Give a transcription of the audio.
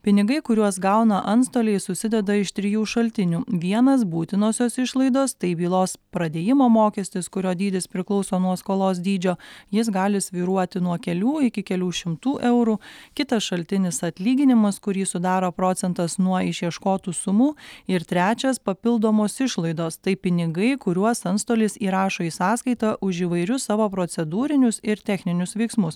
pinigai kuriuos gauna antstoliai susideda iš trijų šaltinių vienas būtinosios išlaidos tai bylos pradėjimo mokestis kurio dydis priklauso nuo skolos dydžio jis gali svyruoti nuo kelių iki kelių šimtų eurų kitas šaltinis atlyginimas kurį sudaro procentas nuo išieškotų sumų ir trečias papildomos išlaidos tai pinigai kuriuos antstolis įrašo į sąskaitą už įvairius savo procedūrinius ir techninius veiksmus